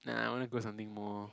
nah I want to go something more